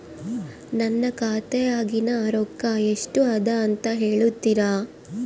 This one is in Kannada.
ನನ್ನ ಖಾತೆಯಾಗಿನ ರೊಕ್ಕ ಎಷ್ಟು ಅದಾ ಅಂತಾ ಹೇಳುತ್ತೇರಾ?